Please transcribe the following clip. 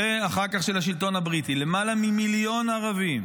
ואחר כך של השלטון הבריטי, למעלה ממיליון ערבים